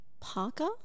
Parker